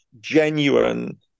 genuine